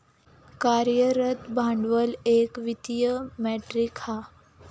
कार्यरत भांडवल एक वित्तीय मेट्रीक हा